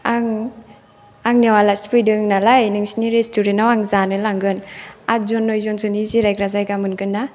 आं आंनियाव आलासि फैदों नालाय नोंसिनि रेस्तुरेन्टआव आं जानो लांगोन आतजन नयजनसोनि जिरायग्रा जायगा मोनगोन ना